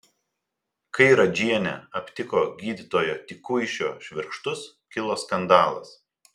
kai radžienė aptiko gydytojo tikuišio švirkštus kilo skandalas